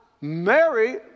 Mary